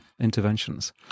interventions